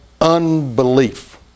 unbelief